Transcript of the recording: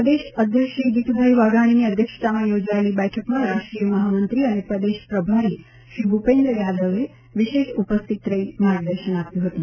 પ્રદેશ અધ્યક્ષ શ્રી જીતુભાઈ વાઘાણીની અધ્યક્ષતામાં યોજાયેલી બેઠકમાં રાષ્ટ્રીય મહામંત્રી અને પ્રદેશ પ્રભારી શ્રી ભૂપેન્દ્ર યાદવે વિશેષ ઉપસ્થિત રહી માર્ગદર્શન આપ્યું હતું